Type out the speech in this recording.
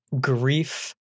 grief